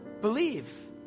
believe